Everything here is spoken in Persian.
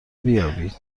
بیابید